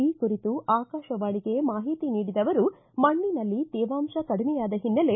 ಈ ಕುರಿತು ಆಕಾಶವಾಣಿಗೆ ಮಾಹಿತಿ ನೀಡಿದ ಅವರು ಮಣ್ಣಿನಲ್ಲಿ ತೇವಾಂಶ ಕಡಿಮೆಯಾದ ಹಿನ್ನೆಲೆ